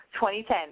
2010